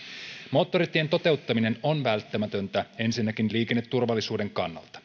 moottoritien toteuttaminen on välttämätöntä ensinnäkin liikenneturvallisuuden kannalta